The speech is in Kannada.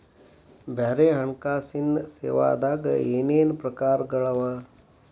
ಬ್ಯಾರೆ ಹಣ್ಕಾಸಿನ್ ಸೇವಾದಾಗ ಏನೇನ್ ಪ್ರಕಾರ್ಗಳವ?